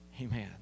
Amen